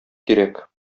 кирәк